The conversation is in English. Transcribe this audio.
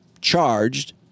charged